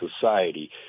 society